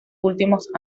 últimos